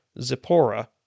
Zipporah